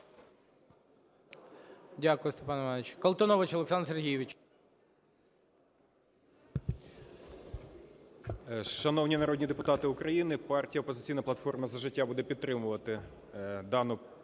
Дякую, Степан Іванович.